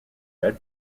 red